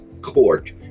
Court